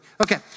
Okay